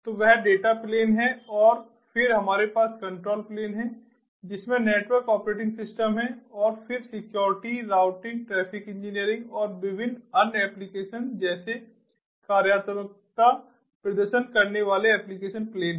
तो वह data plane है और फिर हमारे पास कंट्रोल प्लेन है जिसमें नेटवर्क ऑपरेटिंग सिस्टम है और फिर सिक्योरिटी राउटिंग ट्रैफिक इंजीनियरिंग और विभिन्न अन्य एप्लिकेशन जैसे कार्यात्मकता प्रदर्शन करने वाले एप्लिकेशन प्लेन हैं